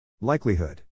Likelihood